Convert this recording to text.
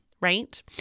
right